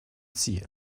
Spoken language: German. ziel